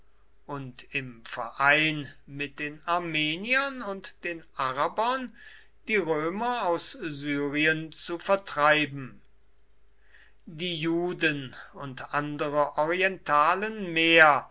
und im verein mit den armeniern und den arabern die römer aus syrien zu vertreiben die juden und andere orientalen mehr